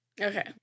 Okay